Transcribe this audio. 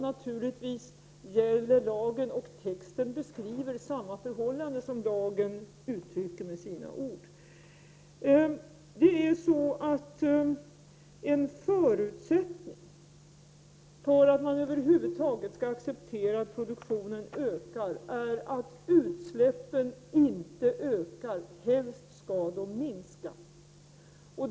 Naturligtvis gäller lagen, och texten beskriver samma förhållande som uttrycks i lagen. En förutsättning för att man över huvud taget skall acceptera att produktionen ökar är att utsläppen inte ökar. Helst skall de minska.